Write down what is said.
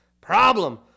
problem